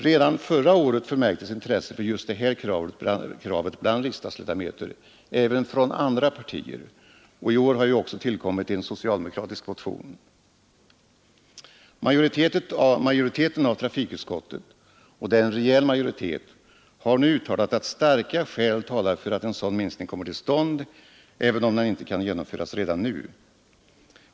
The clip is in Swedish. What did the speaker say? Redan förra året förmärktes intresse för just det här kravet bland riksdagsledamöter även från andra partier, och i år har ju också tillkommit en socialdemokratisk motion. Majoriteten av trafikutskottet — och det är en rejäl majoritet — har nu uttalat att starka skäl talar för att en sådan minskning kommer till stånd, även om den inte kan genomföras redan nu.